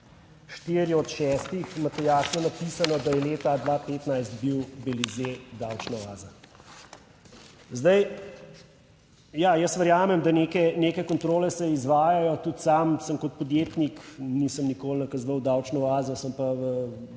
štiri od šestih, imate jasno napisano, da je leta 2015 bil Belize davčna oaza. Zdaj ja, jaz verjamem, da neke kontrole se izvajajo, tudi sam sem kot podjetnik nisem nikoli nakazoval davčno oazo,